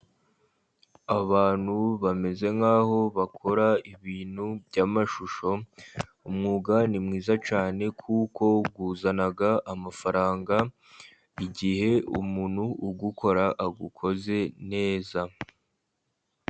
Abantu bameze nkaho bakora ibintu by'amashusho l, umwuga ni mwiza cyane kuko uzana amafaranga igihe umuntu uwukora awukoze neza.